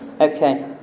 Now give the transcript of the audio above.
Okay